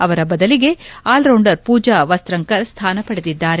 ಇವರ ಬದಲಿಗೆ ಆಲ್ರೌಂಡರ್ ಪೂಜಾ ವಸ್ತಂಕರ್ ಸ್ಥಾನ ಪಡೆದಿದ್ದಾರೆ